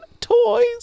toys